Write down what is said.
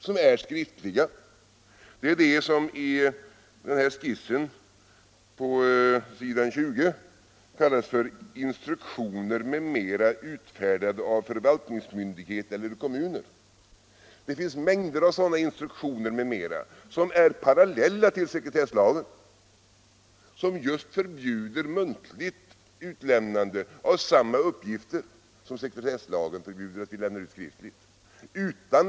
Det är det som i skissen på s. 20 kallas instruktioner m.m. utfärdade av förvaltningsmyndighet eller kommuner. Det finns mängder av sådana instruktioner m.m., som är parallella till sekretesslagen och som förbjuder muntligt utlämnande av samma uppgifter som sekretesslagen förbjuder att man lämnar ut skriftligt.